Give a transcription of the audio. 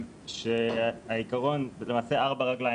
25-21 שהעיקרון הוא שיש לה ארבע רגליים,